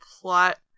plot